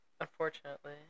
Unfortunately